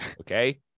okay